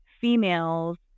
females